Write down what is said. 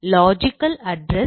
logical address